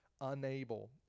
unable